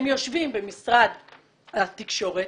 הם יושבים במשרד התקשורת,